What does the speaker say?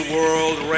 World